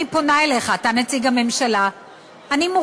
אני פונה אליך,